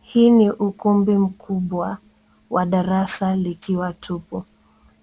Hii ni ukumbi mkubwa wa darasa likiwa tupu.